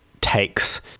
takes